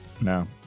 No